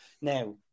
now